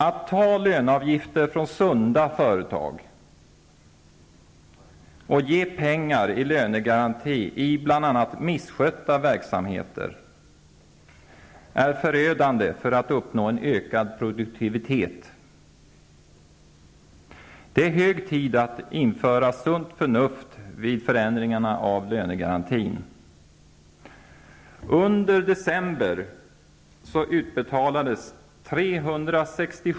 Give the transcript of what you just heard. Att ta ut löneavgifter från sunda företag och samtidigt ge pengar som lönegaranti till bl.a. misskötta verksamheter är förödande om man vill uppnå en ökad produktivitet. Det är hög tid att införa sunt förnuft vid förändringarna av lönegarantin.